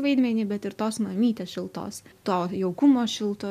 vaidmenį bet ir tos mamytės šiltos to jaukumo šilto